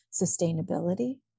sustainability